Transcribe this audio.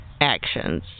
actions